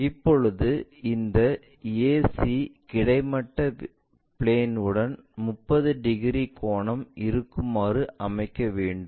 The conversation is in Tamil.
இப்போது இந்த AC கிடைமட்ட பிளேனில் 30 டிகிரி கோணம் இருக்குமாறு அமைக்க வேண்டும்